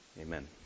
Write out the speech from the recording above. Amen